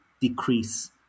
decrease